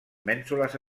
mènsules